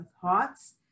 thoughts